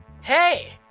hey